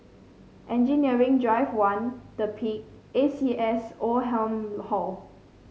Engineering Drive One The Peak A C S Oldham Hall